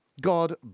God